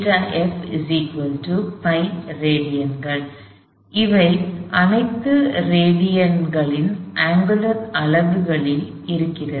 எனவே இவை அனைத்தும் ரேடியன்களின் அங்குலர் அலகுகளில் இருக்கிறது